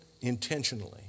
intentionally